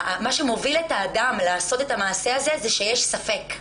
מה שמוביל את האדם לעשות את המעשה הזה הוא שיש ספק.